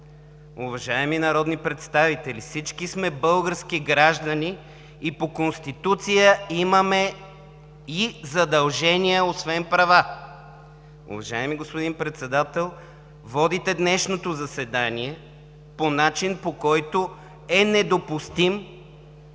Уважаеми народни представители, всички сме български граждани и по Конституция имаме и задължения освен права. Уважаеми господин Председател, водите днешното заседание по начин, който е недопустим.